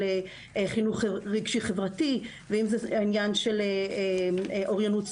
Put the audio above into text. חינוך רגשי-חברתי ואם זה העניין של אוריינות שפתית,